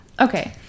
okay